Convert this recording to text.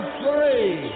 three